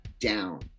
down